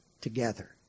together